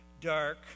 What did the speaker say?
dark